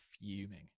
fuming